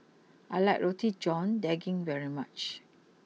I like Roti John Daging very much